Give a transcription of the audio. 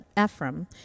Ephraim